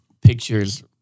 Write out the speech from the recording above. pictures